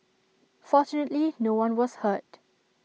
fortunately no one was hurt